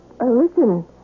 Listen